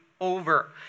over